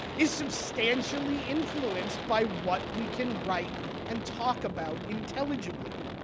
is substantially influenced by what we can write and talk about intelligibly.